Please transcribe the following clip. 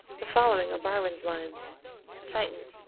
the following are byron's lines titan!